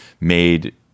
made